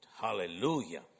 Hallelujah